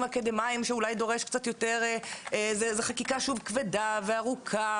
אקדמאיים שאולי דורשים חקיקה קצת יותר כבדה וארוכה,